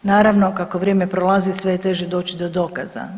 Naravno kako vrijeme prolazi sve je teže doći do dokaza.